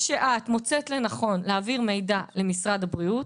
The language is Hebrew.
שאת מוצאת לנכון להעביר מידע למשרד הבריאות,